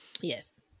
Yes